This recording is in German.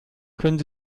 können